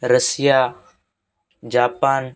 Russia Japan